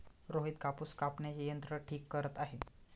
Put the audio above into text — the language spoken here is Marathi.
रोहित कापूस कापण्याचे यंत्र ठीक करत आहे